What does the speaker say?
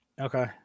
Okay